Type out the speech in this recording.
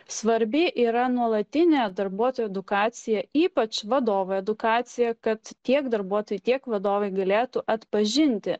svarbi yra nuolatinė darbuotojų edukacija ypač vadovų edukacija kad tiek darbuotojai tiek vadovai galėtų atpažinti